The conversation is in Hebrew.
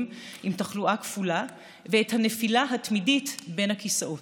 עם תחלואה כפולה ואת הנפילה התמידית בין הכיסאות.